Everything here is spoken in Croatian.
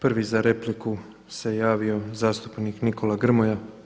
Prvi za repliku se javio zastupnik Nikola Grmoja.